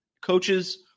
Coaches